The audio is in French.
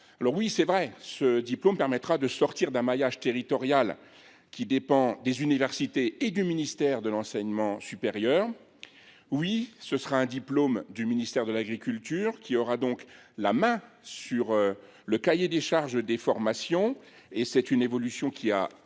il en existe ! Certes, ce diplôme permettra de sortir d’un maillage territorial qui dépend des universités et du ministère de l’enseignement supérieur. Certes, ce sera un diplôme du ministère de l’agriculture, qui aura donc la main sur le cahier des charges des formations. Cette évolution a